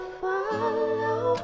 follow